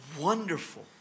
wonderful